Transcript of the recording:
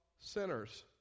sinners